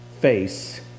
face